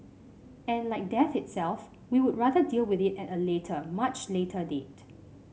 and like death itself we would rather deal with it at a later much later date